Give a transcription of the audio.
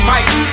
Mice